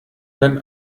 wenn